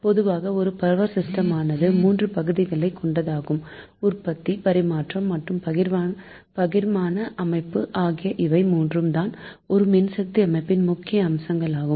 பொதுவாக ஒரு பவர் சிஸ்டமானது மூன்று பகுதிகளை கொண்டதாகும் உற்பத்தி பரிமாற்றம் மற்றும் பகிர்மான அமைப்பு power system generation transmission and distributions system ஆகிய இவை மூன்றும் தான் ஒரு மின் சக்தி அமைப்பின் முக்கிய அங்கங்களாகும்